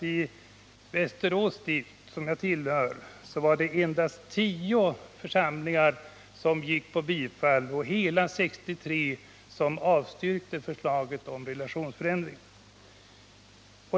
I Västerås stift, som jag tillhör, var det endast tio församlingar som uttalade sig för bifall och hela 63 församlingar som avstyrkte förslaget om relationsförändring.